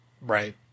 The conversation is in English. Right